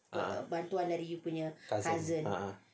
ah cousin ah